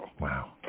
Wow